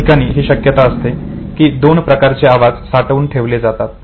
याठिकाणी ही शक्यता असते की दोन प्रकारचे आवाज साठवून ठेवले जातील